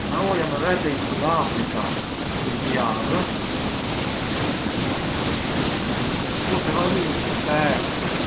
Na u jam ev e vete in Sudafrica pë një javë, vu te valixha pethkat,